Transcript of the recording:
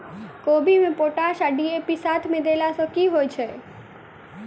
कोबी मे पोटाश आ डी.ए.पी साथ मे देला सऽ की होइ छै?